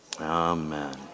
Amen